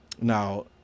Now